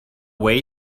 way